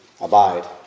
abide